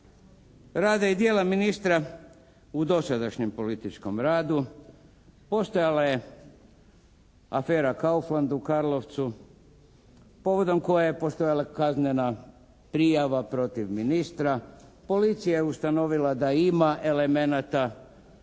rada i djela ministra u dosadašnjem političkom radu. Postojala je afera Kaufland u Karlovcu povodom koje je postojala kaznena prijava protiv ministra. Policija je ustanovila da ima elemenata